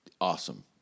Awesome